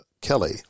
Kelly